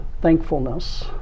thankfulness